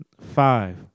Five